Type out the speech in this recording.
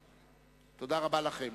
תודה רבה לכם.